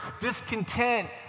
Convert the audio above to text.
discontent